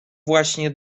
właśnie